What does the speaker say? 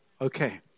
Okay